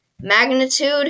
magnitude